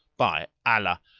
by allah,